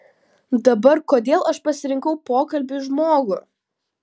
dabar kodėl aš pasirinkau pokalbiui žmogų